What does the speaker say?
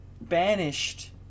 banished